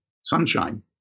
sunshine